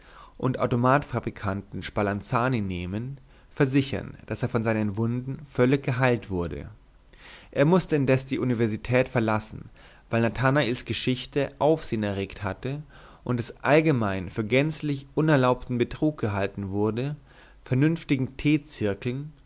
und automat fabrikanten spalanzani nehmen versichern daß er von seinen wunden völlig geheilt wurde er mußte indes die universität verlassen weil nathanaels geschichte aufsehen erregt hatte und es allgemein für gänzlich unerlaubten betrug gehalten wurde vernünftigen